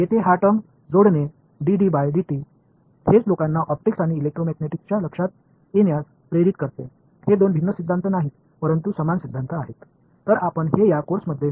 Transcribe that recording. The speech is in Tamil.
இந்த d D by dt வார்த்தையை இங்கே சேர்ப்பது ஒளியியல் மற்றும் எலெக்ட்ரோமேக்னெட்டிக்ஸ் என்பதை மக்கள் உணர வழிவகுத்தது இவை இரண்டு வெவ்வேறு கோட்பாடுகள் அல்ல ஒரே கோட்பாடு